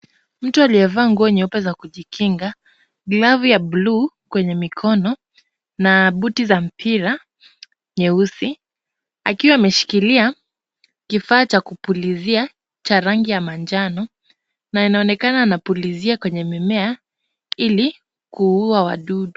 Mtu aliyevaa nguo nyeupe za kujikinga, glavu ya buluu kwenye mikono na buti za mpira nyeusi akiwa ameshikilia kifaa cha kupulizia cha rangi ya manjano na inaonekana anapulizia kwenye mimea ili kuua wadudu.